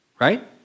right